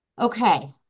Okay